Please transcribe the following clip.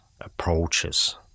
approaches